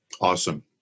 Awesome